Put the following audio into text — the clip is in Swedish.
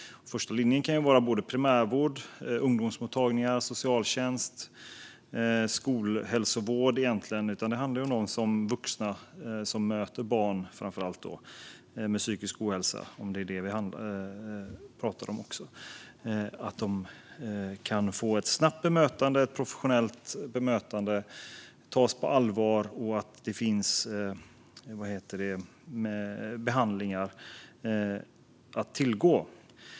Det kan vara primärvård, ungdomsmottagningar, socialtjänst och skolhälsovård. Det handlar om de vuxna som möter framför allt barn med psykisk ohälsa och att dessa barn kan få ett snabbt och professionellt bemötande och tas på allvar. Och det ska finnas behandlingar att tillgå.